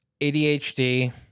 ADHD